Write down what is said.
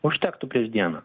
užtektų prieš dieną